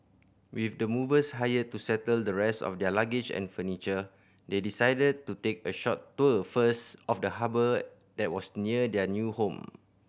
with the movers hired to settle the rest of their luggage and furniture they decided to take a short tour first of the harbour that was near their new home